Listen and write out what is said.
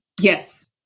Yes